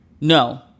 no